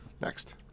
Next